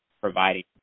providing